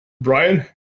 Brian